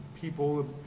people